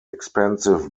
expensive